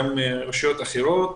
גם רשויות אחרות.